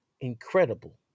incredible